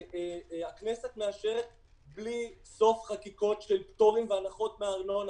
הכנסת מאשרת בלי סוף חקיקות של פטורים והנחות מארנונה.